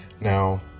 Now